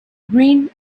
green